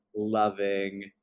loving